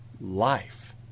life